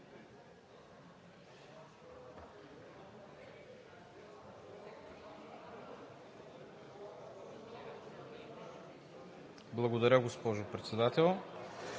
Благодаря, госпожо Председател.